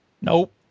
Nope